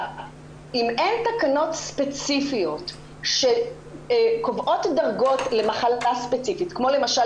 אם אין תקנות ספציפיות שקובעות דרגות למחלה ספציפית כמו למשל